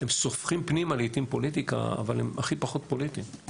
הם סופחים פנימה לעיתים פוליטיקה אבל הם הכי פחות פוליטיים.